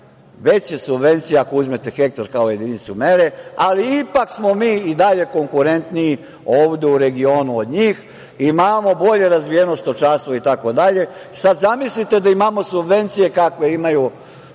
veće subvencije ako uzmete hektar kao jedinice mere, ali ipak smo mi i dalje konkurentniji ovde u regionu od njih, imamo bolje razvijeno stočarstvo itd. Sada zamislite da imamo subvencije kakve imaju u EU,